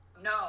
No